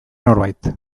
norbait